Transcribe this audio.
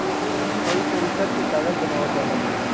कई तरीका के कागज बनावल जाला